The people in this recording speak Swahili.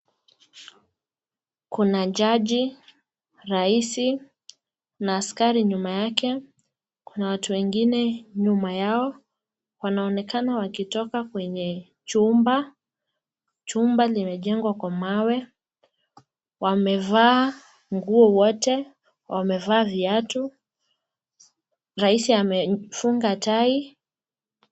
Kuna jaji, raisi, na askari nyuma yake, kuna watu wengine nyuma yao, wanaonekana wakitoka kwenye chumba, chumba limejengwa kwa mawe, wamevaa nguo wote, wamevaa viatu, raisi amefunga tai.